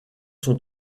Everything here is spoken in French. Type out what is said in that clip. sont